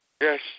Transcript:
yes